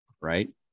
right